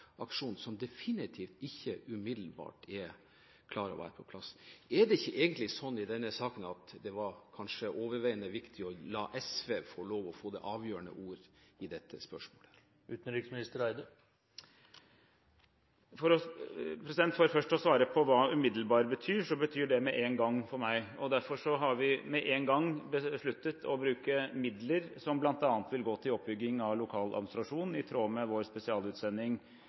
aksjon som definitivt ikke umiddelbart klarer å være på plass. Er det ikke egentlig slik i denne saken at det kanskje var overveiende viktig å la SV få det avgjørende ord i dette spørsmålet? For først å svare på hva «umiddelbar» betyr, så betyr det «med en gang» for meg. Derfor har vi med en gang besluttet å bruke midler som bl.a. vil gå til oppbygging av lokal administrasjon, i tråd med vår spesialutsending